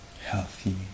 healthy